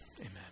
Amen